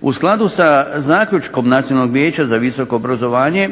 U skladu sa zaključkom Nacionalnog vijeća za visoko obrazovanje